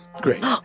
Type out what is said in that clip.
Great